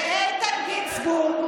ואיתן גינזבורג,